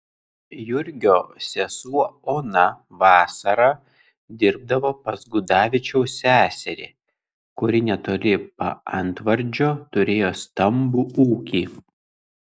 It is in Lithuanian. jurgio sesuo ona vasarą dirbdavo pas gudavičiaus seserį kuri netoli paantvardžio turėjo stambų ūkį